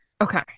Okay